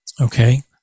Okay